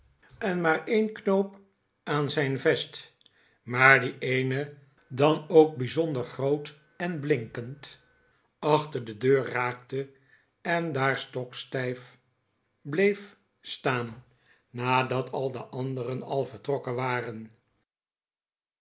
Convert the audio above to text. en maar een knoop aan zijn vest maar die eene dan ook bijzonder groot en blinkend achter de deur raakte en daar stokstijf bleef staan nadat al de anderen al vertrokken waren